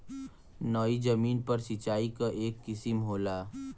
नयी जमीन पर सिंचाई क एक किसिम होला